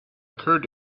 occurred